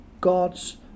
God's